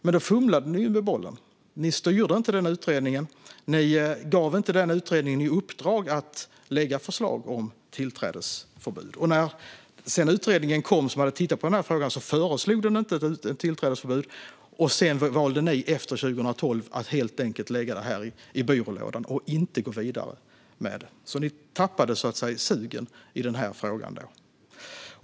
Men då fumlade ni med bollen. Ni styrde inte den utredningen. Ni gav inte den utredningen i uppdrag att lägga fram förslag om tillträdesförbud. När sedan utredningen som tittat på frågan kom föreslog den inte ett tillträdesförbud. Sedan valde ni efter 2012 att helt enkelt lägga det i byrålådan och inte gå vidare med det. Ni tappade sugen i den här frågan.